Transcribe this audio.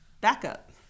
backup